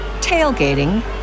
tailgating